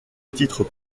titre